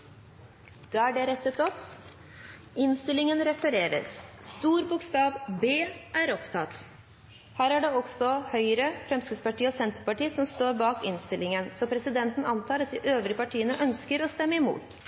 Da er det rettet opp. Da skal stemmetallet være 55 stemmer for og 49 stemmer mot innstillingen. Lovvedtaket vil bli satt opp til andre gangs behandling i et senere møte i Stortinget. Det voteres så over B. Her er det også Høyre, Fremskrittspartiet og Senterpartiet som står bak innstillingen, så presidenten antar at de øvrige partiene ønsker å stemme imot.